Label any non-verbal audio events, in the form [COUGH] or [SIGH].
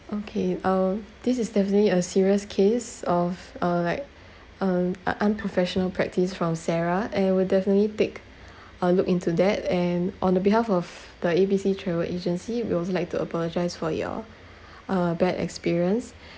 okay uh this is definitely a serious case of uh like um a unprofessional practice from sarah and we'll definitely take [BREATH] a look into that and on the behalf of the A B C travel agency we'll also like to apologise for your [BREATH] uh bad experience